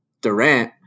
Durant